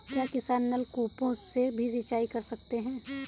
क्या किसान नल कूपों से भी सिंचाई कर सकते हैं?